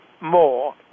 more